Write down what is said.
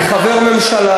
אני חבר ממשלה,